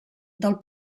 del